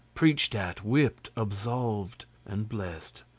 preached at, whipped, absolved, and blessed,